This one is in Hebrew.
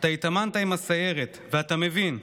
אתה התאמנת עם הסיירת ואתה מבין.